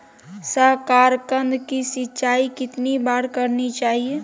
साकारकंद की सिंचाई कितनी बार करनी चाहिए?